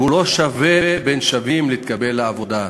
והוא לא שווה בין שווים להתקבל לעבודה.